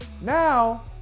Now